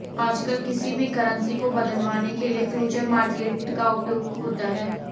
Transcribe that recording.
आजकल किसी भी करन्सी को बदलवाने के लिये फ्यूचर मार्केट का उपयोग होता है